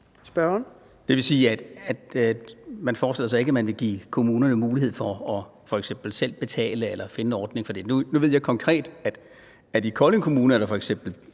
Sjøberg (RV): Det vil sige, at man forestiller sig ikke, at man vil give kommunerne mulighed for f.eks. selv at betale eller at finde en ordning for det. Nu ved jeg, at der f.eks. i Kolding Kommune er